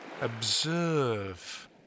observe